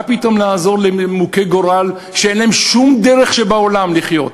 מה פתאום לעזור למוכי גורל שאין להם שום דרך שבעולם לחיות